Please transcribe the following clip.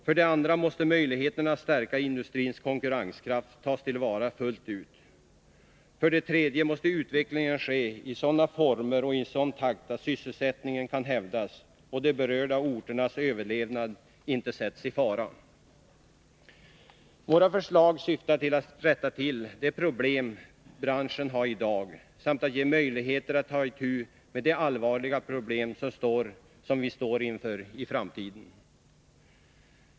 För det andra måste möjligheterna att stärka industrins konkurrenskraft tas till vara fullt ut. För det tredje måste utvecklingen ske i sådana former och i sådan takt att sysselsättningen kan hävdas och de berörda orternas överlevnad inte sätts i fara. Våra förslag syftar till att rätta till de problem branschen i dag har samt att ge möjligheter att ta itu med de allvarliga problem som den står inför i framtiden.